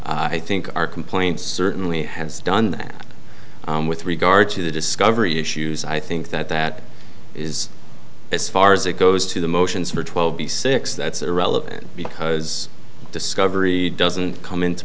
i think our complaint certainly has done that with regard to the discovery issues i think that that is as far as it goes to the motions for twelve b six that's irrelevant because discovery doesn't come into